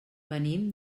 venim